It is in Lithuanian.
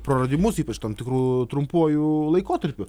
praradimus ypač tam tikru trumpuoju laikotarpiu